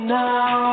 now